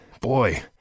boy